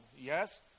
Yes